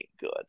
good